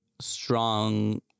strong